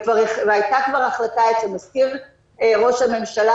והייתה כבר החלטה אצל מזכיר ראש הממשלה,